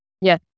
Yes